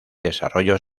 desarrollo